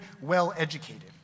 well-educated